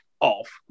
off